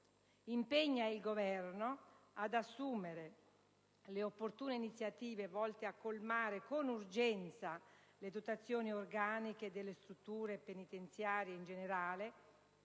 impegna il Governo ad assumere le opportune iniziative volte a colmare, con urgenza, le dotazioni organiche delle strutture penitenziarie in generale